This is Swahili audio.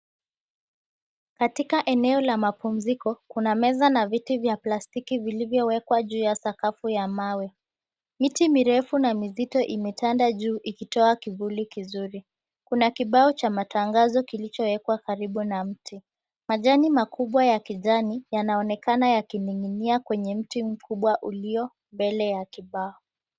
Katika eneo la mapumziko kuna meza na viti vya plastiki vilivyowekwa juu ya sakafu ya mawe. Miti mirefu na mizito imetanda juu ikitoa kivuli kizuri, kuna kibao cha matangazo kilichowekwa karibu na mti. Majani makubwa ya kijani yanaonekana yakining'inia kwenye mti mkubwa ulio mbele ya kibao.